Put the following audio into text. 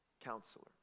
Counselor